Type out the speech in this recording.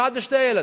ילד אחד ושני ילדים,